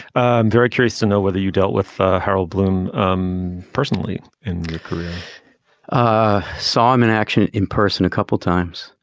i'm very curious to know whether you dealt with harold bloom um personally in your career i saw him in action in person a couple of times,